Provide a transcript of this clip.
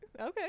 okay